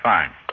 Fine